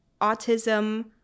autism